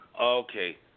Okay